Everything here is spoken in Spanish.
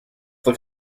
fue